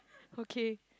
okay